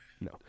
No